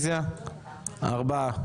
ארבעה.